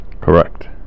Correct